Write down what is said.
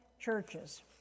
churches